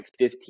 15